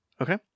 Okay